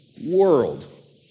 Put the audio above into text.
world